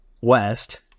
west